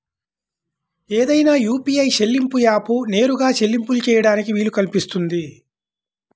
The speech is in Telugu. ఏదైనా యూ.పీ.ఐ చెల్లింపు యాప్కు నేరుగా చెల్లింపులు చేయడానికి వీలు కల్పిస్తుంది